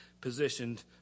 positioned